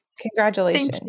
Congratulations